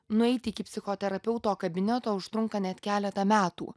nueiti iki psichoterapeuto kabineto užtrunka net keletą metų